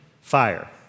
fire